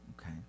Okay